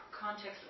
context